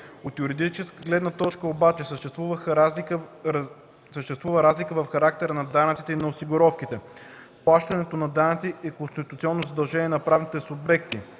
От юридическа гледна точка обаче съществува разлика в характера на данъците и на осигуровките. Плащането на данъци е конституционно задължение на правните субекти